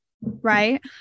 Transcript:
right